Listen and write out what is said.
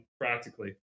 practically